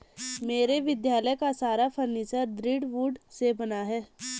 मेरे विद्यालय का सारा फर्नीचर दृढ़ वुड से बना है